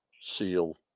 seal